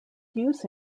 use